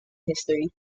history